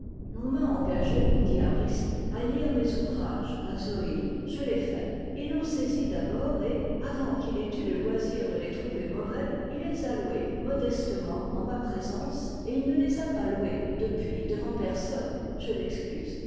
l'on m'a engagé dit ariste à lire mes ouvrages à zoïle je l'ai fait ils l'ont saisi d'abord et avant qu'il ait eu le loisir de les trouver mauvais il les a loués modestement en ma présence et il ne les a pas loués depuis devant personne je l'excuse